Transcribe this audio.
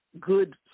good